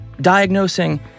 Diagnosing